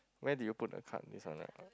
where did you put the card is on the